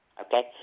Okay